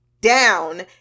down